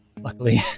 luckily